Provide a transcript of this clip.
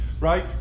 right